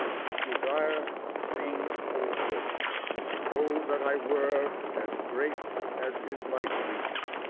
his desire seems fulfilled o! that i were as great as is my grief.